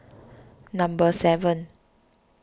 number seven